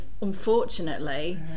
Unfortunately